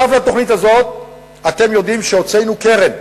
אתם יודעים שנוסף על התוכנית הזאת הוצאנו קרן,